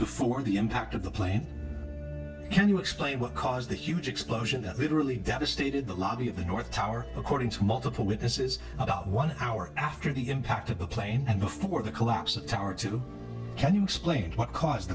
before the impact of the plane can you explain what caused that huge explosion that literally devastated the lobby of the north tower according to multiple witnesses about one hour after the impact of the plane before the collapse of tower two can you explain what caused